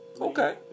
Okay